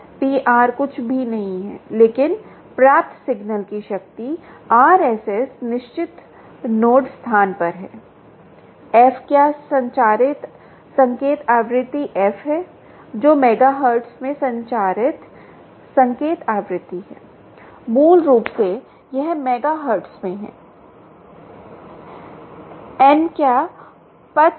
PR कुछ भी नहीं है लेकिन प्राप्त सिग्नल की शक्ति RSS निश्चित नोड स्थान पर है f क्या संचरित संकेत आवृत्ति f है जो मेगाहर्ट्ज़ में संचरित संकेत आवृत्ति है मूल रूप से यह मेगाहर्ट्ज़ में है यह मेगाहर्ट्ज़ में है